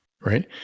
Right